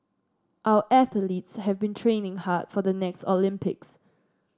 our athletes have been training hard for the next Olympics